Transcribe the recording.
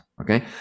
okay